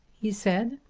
he said,